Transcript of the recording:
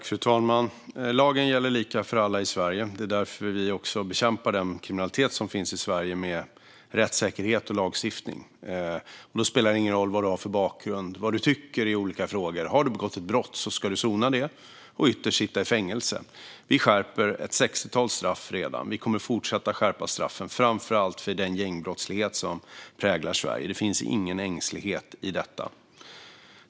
Fru talman! Lagen gäller lika för alla i Sverige. Det är därför vi bekämpar den kriminalitet som finns i Sverige med rättssäkerhet och lagstiftning. Då spelar det ingen roll vad du har för bakgrund och vad du tycker i olika frågor. Har du begått ett brott ska du sona det och ytterst sitta i fängelse. Vi skärper redan ett sextiotal straff. Vi kommer att fortsätta att skärpa straffen framför allt för den gängbrottslighet som präglar Sverige. Det finns ingen ängslighet i detta.